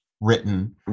written